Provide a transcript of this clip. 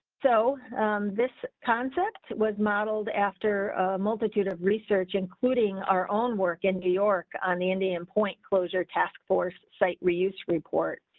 so this concept was modeled after a multitude of research, including our own work in new york, on the indian point closure taskforce site, reuse report,